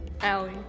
Allie